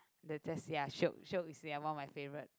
that~ that's ya shiok shiok is ya one of my favourite